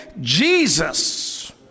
Jesus